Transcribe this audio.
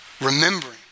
Remembering